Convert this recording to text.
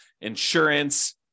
insurance